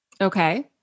Okay